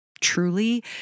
truly